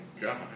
God